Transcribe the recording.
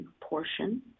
portion